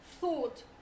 thought